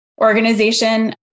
organization